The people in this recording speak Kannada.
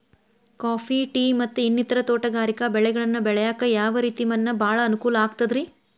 ಕಾಫಿ, ಟೇ, ಮತ್ತ ಇನ್ನಿತರ ತೋಟಗಾರಿಕಾ ಬೆಳೆಗಳನ್ನ ಬೆಳೆಯಾಕ ಯಾವ ರೇತಿ ಮಣ್ಣ ಭಾಳ ಅನುಕೂಲ ಆಕ್ತದ್ರಿ?